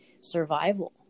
survival